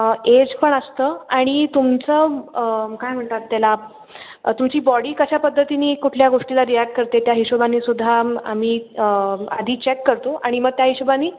age पण असतं आणि तुमचं काय म्हणतात त्याला तुझी बॉडी कशा पद्धतीने कुठल्या गोष्टीला रिॲक्ट करते त्या हिशोबाने सुद्धा आम्ही आधी चेक करतो आणि मग त्या हिशोबाने